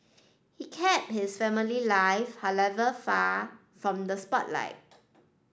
he kept his family life however far from the spotlight